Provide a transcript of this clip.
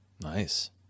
Nice